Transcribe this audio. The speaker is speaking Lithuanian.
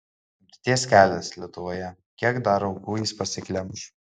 mirties kelias lietuvoje kiek dar aukų jis pasiglemš